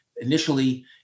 Initially